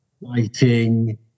lighting